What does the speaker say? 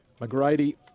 McGrady